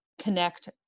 connect